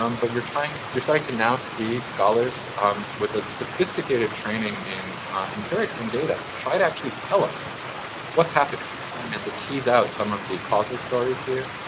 um but you're trying you're starting to now see scholars um with a sophisticated training in empirics and data try to actually tell us what's happening and to tease out some of the causal stories here,